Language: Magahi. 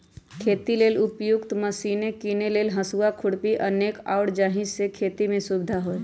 खेती लेल उपयुक्त मशिने कीने लेल हसुआ, खुरपी अनेक आउरो जाहि से खेति में सुविधा होय